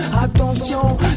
Attention